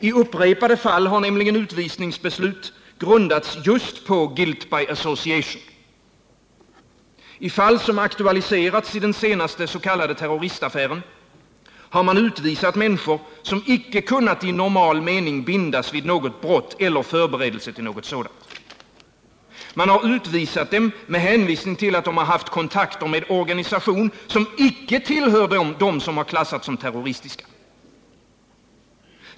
I upprepade fall har nämligen utvisningsbeslut grundats just på ”guilt by association”. I fall som aktualiserats i den senaste s.k. terroristaffären har man utvisat människor, som icke i normal mening kunnat bindas vid något brott eller förberedelse till något sådant. Man har utvisat dem med hänvisning till att de haft kontakter med organisation, som icke tillhör dem som klassats som terroristiska.